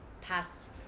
past